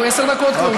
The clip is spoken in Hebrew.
אנחנו עשר דקות כבר,